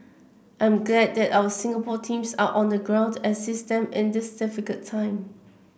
I'm glad that our Singapore teams are on the ground to assist them in this difficult time